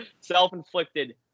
Self-inflicted